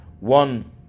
one